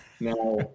Now